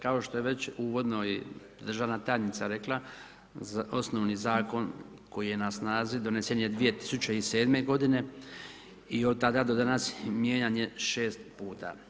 Kao što je već uvodno i državna tajnica rekla osnovni zakon koji je na snazi donesen je 2007. godine i od tada do danas mijenjan je 6 puta.